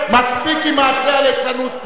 מספיק עם מעשי הליצנות פה.